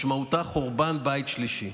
משמעותה חורבן בית שלישי.